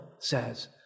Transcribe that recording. says